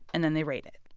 and then they rate it.